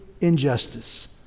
injustice